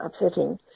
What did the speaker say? upsetting